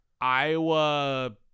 Iowa